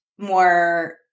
more